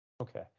Okay